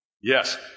Yes